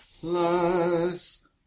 plus